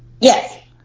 Yes